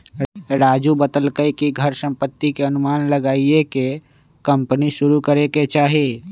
राजू बतलकई कि घर संपत्ति के अनुमान लगाईये के कम्पनी शुरू करे के चाहि